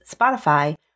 Spotify